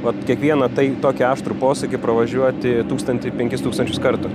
vat kiekvieną tai tokį aštrų posūkį pravažiuoti tūkstantį penkis tūkstančius kartų